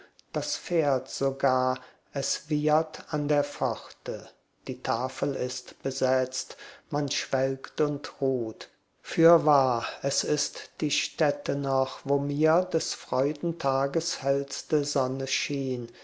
das pferd sogar es wiehert an der pforte die tafel ist besetzt man schwelgt und ruht fürwahr es ist die stätte noch wo mir des freudentages hellste sonne schien